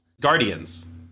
guardians